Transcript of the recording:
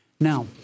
Now